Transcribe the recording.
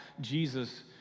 Jesus